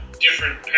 different